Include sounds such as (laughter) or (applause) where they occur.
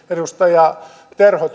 edustaja terho (unintelligible)